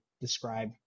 describe